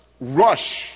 rush